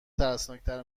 ترسناکتر